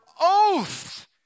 oath